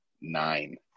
nine